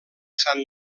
sant